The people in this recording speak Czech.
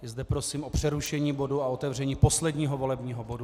Zde prosím o přerušení bodu a otevření posledního volebního bodu.